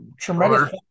tremendous